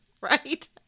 Right